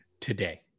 today